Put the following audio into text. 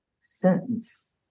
sentence